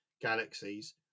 galaxies